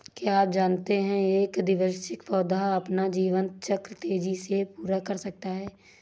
क्या आप जानते है एक द्विवार्षिक पौधा अपना जीवन चक्र तेजी से पूरा कर सकता है?